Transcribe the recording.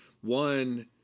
one